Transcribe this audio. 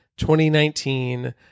2019